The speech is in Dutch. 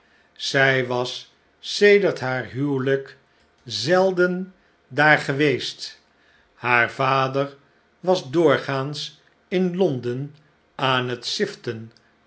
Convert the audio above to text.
zij was sedert haar huwelijk zelden daar de ziekenkameb van mevrouw gradgbind geweest haar vader was doorgaans in londen aan net ziften